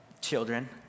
Children